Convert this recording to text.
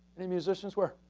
any musicians, where?